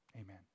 amen